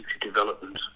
development